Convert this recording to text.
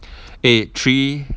eh three